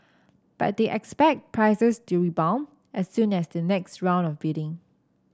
but they expect prices to rebound as soon as the next round of bidding